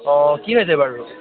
অঁ কি হৈছে বাৰু